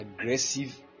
aggressive